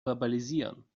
verbalisieren